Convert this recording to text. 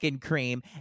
cream